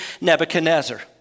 Nebuchadnezzar